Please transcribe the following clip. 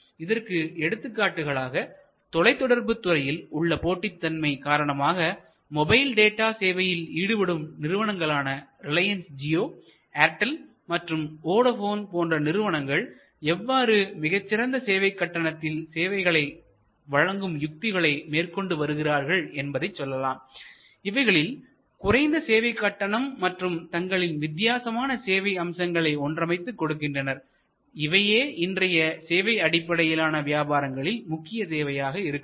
இதற்கு எடுத்துக்காட்டாக தொலைத்தொடர்புத் துறையில் உள்ள போட்டித்தன்மை காரணமாக மொபைல் டேட்டா சேவையில் ஈடுபடும் நிறுவனங்களான ரிலையன்ஸ் ஜியோ ஏர்டெல் மற்றும் வோடபோன் போன்ற நிறுவனங்கள் எவ்வாறு மிகச் சிறந்த சேவை கட்டணத்தில் சேவைகளை வழங்கும் யுக்திகளை மேற்கொண்டு வருகிறார்கள் என்பதை சொல்லலாம் இவைகளில் குறைந்த சேவை கட்டணம் மற்றும் தங்களின் வித்தியாசமான சேவை அம்சங்களை ஒன்றமைத்து கொடுக்கின்றனர் இவையே இன்றைய சேவை அடிப்படையிலான வியாபாரங்களில் முக்கிய தேவையாக இருக்கிறது